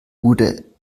wurde